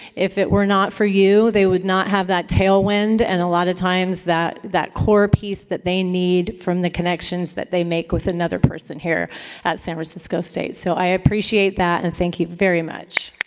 if it were not for you, they would not have that tailwind, and a lot of times, that that core piece that they need from the connections that they make with another person here at san francisco state. so i appreciate that, and thank you very much.